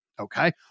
okay